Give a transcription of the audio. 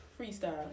Freestyle